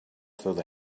through